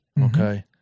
Okay